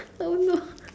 I don't know